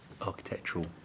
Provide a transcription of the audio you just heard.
architectural